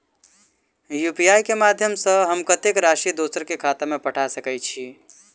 UPI केँ माध्यम सँ हम कत्तेक राशि दोसर केँ खाता मे पठा सकैत छी?